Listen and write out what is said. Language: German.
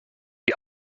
die